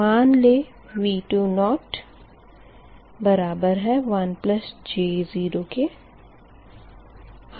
मान लें V20 1 j0 है